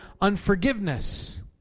unforgiveness